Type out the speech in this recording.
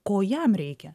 ko jam reikia